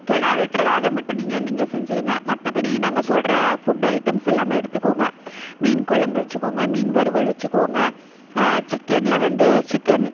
கிடா வெட்டுறது அத மட்டும் நீங்கள் வந்து இங்கே செஞ்சிடுங்க மற்றபடி நாங்கள் சொல்கிற ஃபுட் ஐட்டம்ஸ் எல்லாம் எடுத்துக்கோங்க மீன் கொழம்பு வெச்சுக்கோங்க மீன் வறுவல் வெச்சுக்கோங்க சிக்கேனில் வந்து சிக்கேன்